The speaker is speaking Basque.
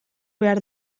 behar